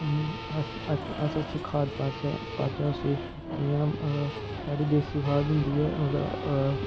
अस अस अच्छी खाद पाचै पाचै उसी जियां साढ़ी देसी खाद होंदी ऐ ओह्दा